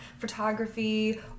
photography